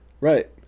Right